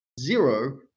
Zero